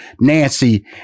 Nancy